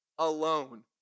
Alone